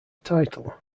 title